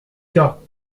cas